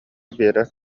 биэрэр